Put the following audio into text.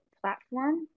platform